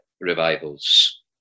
revivals